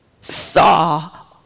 saw